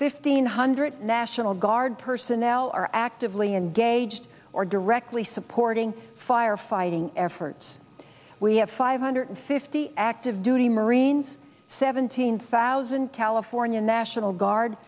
fifteen hundred national guard personnel are actively engaged or directly supporting firefighting efforts we have five hundred fifty active duty marines seventeen thousand california national guard